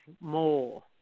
more